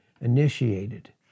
initiated